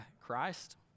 Christ